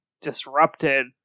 disrupted